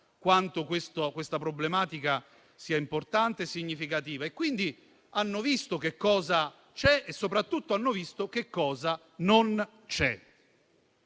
quanto questa problematica sia importante e significativa. Quindi, hanno visto che cosa c'è e soprattutto hanno visto che cosa non c'è